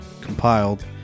compiled